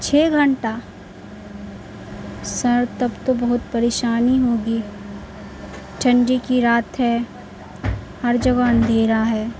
چھ گھنٹہ سر تب تو بہت پریشانی ہوگی ٹھنڈی کی رات ہے ہر جگہ اندھییرا ہے